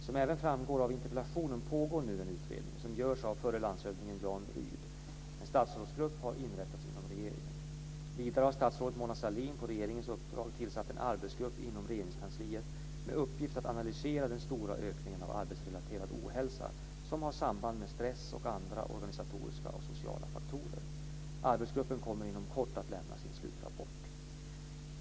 Som även framgår av interpellationen pågår nu en utredning som görs av förre landshövdingen Jan Rydh. En statsrådsgrupp har inrättats inom regeringen. Vidare har statsrådet Mona Sahlin på regeringens uppdrag tillsatt en arbetsgrupp inom Regeringskansliet med uppgift att analysera den stora ökningen av arbetsrelaterad ohälsa som har samband med stress och andra organisatoriska och sociala faktorer. Arbetsgruppen kommer inom kort att lämna sin slutrapport.